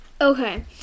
Okay